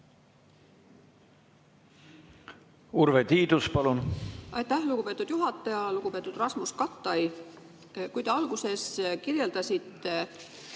Urve Tiidus, palun! Aitäh, lugupeetud juhataja! Lugupeetud Rasmus Kattai! Kui te alguses kirjeldasite